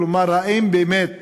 כלומר, האם באמת